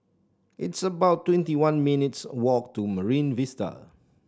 it's about twenty one minutes' walk to Marine Vista